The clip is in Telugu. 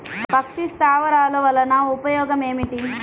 పక్షి స్థావరాలు వలన ఉపయోగం ఏమిటి?